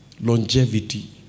Longevity